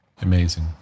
Amazing